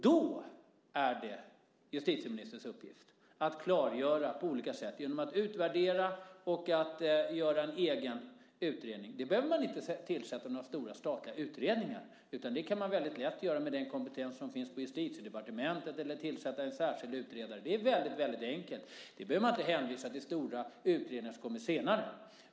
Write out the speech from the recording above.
Då är det justitieministerns uppgift att på olika sätt klargöra läget - genom att utvärdera, genom att göra en egen utredning. Man behöver inte tillsätta några stora statliga utredningar för det, utan det kan man lätt göra med den kompetens som finns på Justitiedepartementet eller genom att tillsätta en särskild utredare. Det är väldigt, väldigt enkelt. Man behöver inte hänvisa till stora utredningar som kommer så småningom.